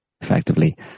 effectively